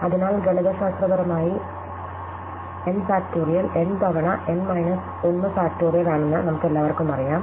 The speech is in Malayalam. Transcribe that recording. അതിനാൽ ഗണിതശാസ്ത്രപരമായി n ഫാക്റ്റോറിയൽ n തവണ n മൈനസ് 1 ഫാക്റ്റോറിയൽ ആണെന്ന് നമുക്കെല്ലാവർക്കും അറിയാം